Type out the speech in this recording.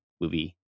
movie